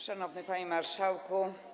Szanowny Panie Marszałku!